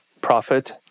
profit